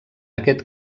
aquest